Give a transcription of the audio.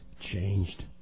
changed